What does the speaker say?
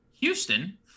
Houston